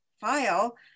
file